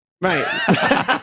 Right